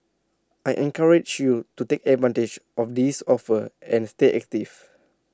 I encourage you to take advantage of these offers and stay active